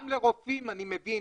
גם לרופאים אני מבין.